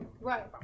Right